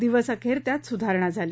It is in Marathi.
दिवसअखेर त्यात सुधारणा झाली